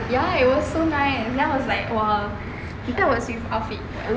ya it was so nice then I was like !wah! impressed with his outfit